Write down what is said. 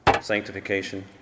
sanctification